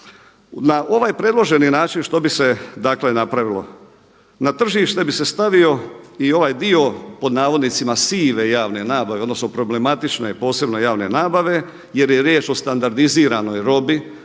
Na ovaj predloženi način što bi se, dakle napravilo. Na tržište bi se stavio i ovaj dio pod navodnicima sive javne nabave odnosno problematične posebno javne nabave jer je riječ o standardiziranoj robi